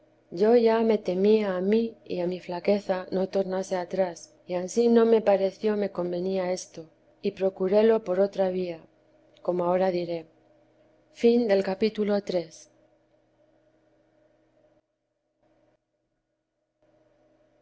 yo ya me temía a mí y a mi flaqueza no tornase atrás y ansí no me pareció me convenía esto y procúrelo por otra vía como ahora diré capítulo